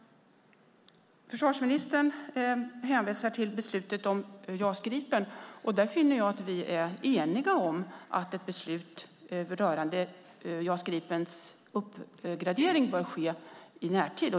Försvarsministern hänvisar till beslutet om JAS Gripen. Där finner jag att vi är eniga om att ett beslut rörande JAS Gripens uppgradering bör ske i närtid.